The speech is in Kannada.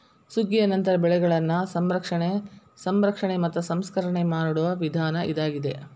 ಸುಗ್ಗಿಯ ನಂತರ ಬೆಳೆಗಳನ್ನಾ ಸಂರಕ್ಷಣೆ, ರಕ್ಷಣೆ ಮತ್ತ ಸಂಸ್ಕರಣೆ ಮಾಡುವ ವಿಧಾನ ಇದಾಗಿದೆ